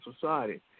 society